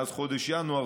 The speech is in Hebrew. מאז חודש ינואר,